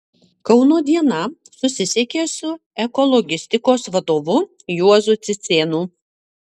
kauno diena susisiekė su ekologistikos vadovu juozu cicėnu